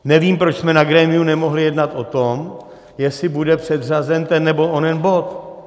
Nevím, proč jsme na grémiu nemohli jednat o tom, jestli bude předřazen ten nebo onen bod.